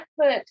put